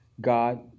God